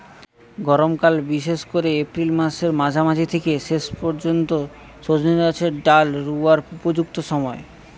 গরমকাল বিশেষ কোরে এপ্রিল মাসের মাঝামাঝি থিকে শেষ পর্যন্ত সজনে গাছের ডাল রুয়ার উপযুক্ত সময়